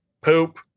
poop